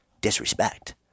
disrespect